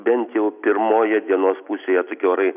bent jau pirmoje dienos pusėje tokie orai